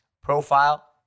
profile